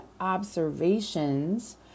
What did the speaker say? observations